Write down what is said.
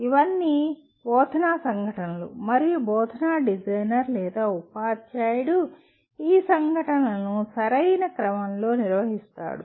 ఇవన్నీ బోధనా సంఘటనలు మరియు బోధనా డిజైనర్ లేదా ఉపాధ్యాయుడు ఈ సంఘటనలను సరైన క్రమంలో నిర్వహిస్తారు